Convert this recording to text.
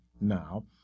Now